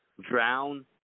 drown